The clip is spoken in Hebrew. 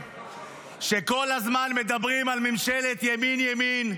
שכל הזמן מדברים על ממשלת ימין ימין,